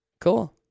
Cool